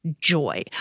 joy